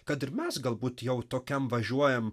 kad ir mes galbūt jau tokiam važiuojam